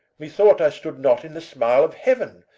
me thought i stood not in the smile of heauen,